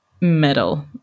metal